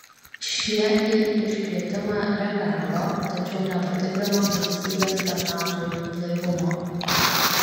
šie į iškvietimą reagavo tačiau nepatikrino valstybės tarnautojų blaivumo